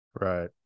Right